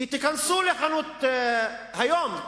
כי תיכנסו לחנות, היום,